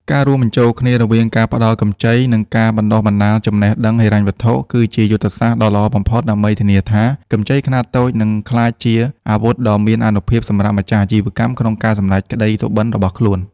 ការរួមបញ្ចូលគ្នារវាងការផ្តល់កម្ចី និងការបណ្តុះបណ្តាលចំណេះដឹងហិរញ្ញវត្ថុ គឺជាយុទ្ធសាស្ត្រដ៏ល្អបំផុតដើម្បីធានាថា កម្ចីខ្នាតតូចនឹងក្លាយជាអាវុធដ៏មានអានុភាពសម្រាប់ម្ចាស់អាជីវកម្មក្នុងការសម្រេចក្ដីសុបិនរបស់ខ្លួន។